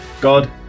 God